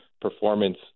performance